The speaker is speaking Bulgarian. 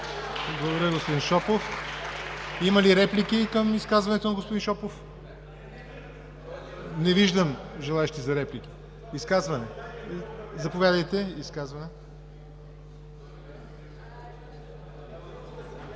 Благодаря, господин Шопов. Има ли реплики към изказването на господин Шопов? Не виждам желаещи за реплики. Изказване? Заповядайте.